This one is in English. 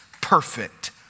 perfect